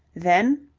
then,